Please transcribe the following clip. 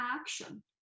action